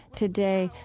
today,